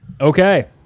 Okay